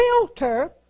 filter